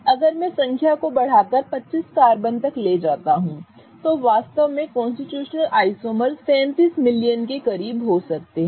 अगर मैं संख्या को बढ़ाकर 25 कार्बन तक ले जाता हूं तो वास्तव में कॉन्स्टिट्यूशनल आइसोमर्स 37 मिलियन के करीब हो सकते हैं